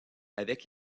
avec